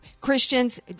Christians